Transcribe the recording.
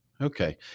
Okay